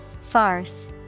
Farce